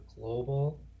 global